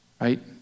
Right